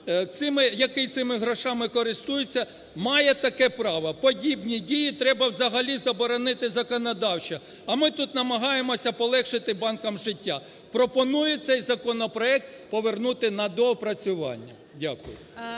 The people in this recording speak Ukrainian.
який цими грошима користується, має таке право. Подібні дії треба взагалі заборонити законодавчо, а ми тут намагаємося полегшити банкам життя. Пропоную цей законопроект повернути на доопрацювання. Дякую.